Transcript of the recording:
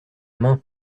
main